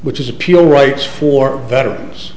which is appeal rights for veterans